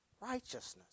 righteousness